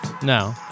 No